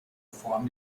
form